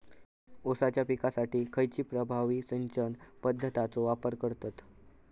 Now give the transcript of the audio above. ऊसाच्या पिकासाठी खैयची प्रभावी सिंचन पद्धताचो वापर करतत?